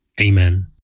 Amen